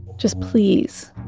just please,